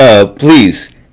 Please